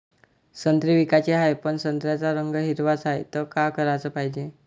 संत्रे विकाचे हाये, पन संत्र्याचा रंग हिरवाच हाये, त का कराच पायजे?